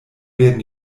werden